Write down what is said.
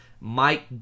Mike